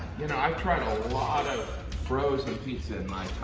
you know, i've tried a lot of frozen pizza in my